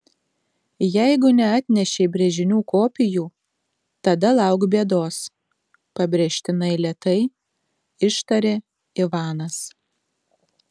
jeigu neatnešei brėžinių kopijų tada lauk bėdos pabrėžtinai lėtai ištarė ivanas